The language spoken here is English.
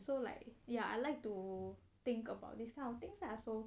so like ya I'd like to think about this kind of things lah so